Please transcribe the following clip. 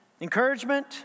encouragement